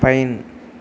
pine